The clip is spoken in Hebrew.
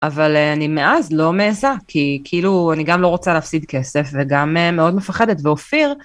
אבל אני מאז לא מעזה, כי כאילו, אני גם לא רוצה להפסיד כסף וגם מאוד מפחדת ואופיר.